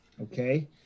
Okay